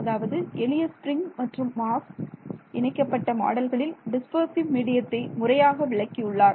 அதாவது எளிய ஸ்பிரிங் மற்றும் மாஸ் இணைக்கப்பட்ட மாடல்களில் டிஸ்பர்சிவ் மீடியத்தை முறையாக விளக்கியுள்ளார்